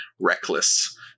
reckless